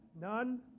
None